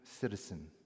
citizen